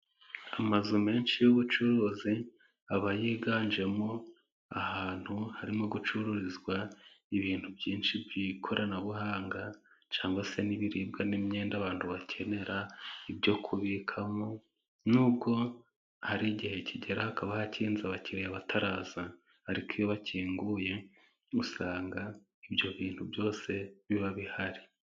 Amazu menshi y'ubucuruzi， aba yiganjemo ahantu harimo gucururizwa ibintu byinshi by'ikoranabuhanga，cyangwa se n'ibiribwa， n'imyenda，abantu bakenera， ibyo kubikamo，n’ubwo hari igihe kigera hakaba hakinze，abakiriya bataraza， ariko iyo bakinguye usanga ibyo bintu byose biba bihari.